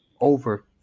over